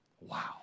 Wow